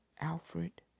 Alfred